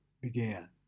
began